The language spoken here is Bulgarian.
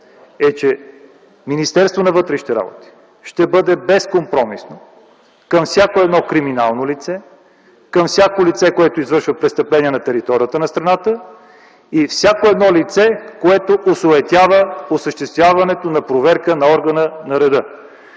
че Министерството на вътрешните работи ще бъде безкомпромисно към всяко криминално лице, към всяко лице, което извършва престъпления на територията на страната, и всяко лице, което осуетява осъществяването на проверка на органа на реда.